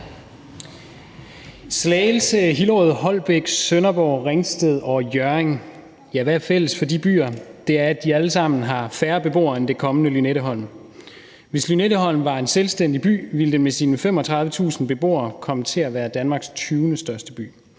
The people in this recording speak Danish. Slagelse, Hillerød, Holbæk, Sønderborg, Ringsted og Hjørring – ja, hvad er fælles for de byer? Det er, at de alle sammen har færre beboere end den kommende Lynetteholm. Hvis Lynetteholm var en selvstændig by, ville den med sine 35.000 beboere komme til at være Danmarks 20. største by.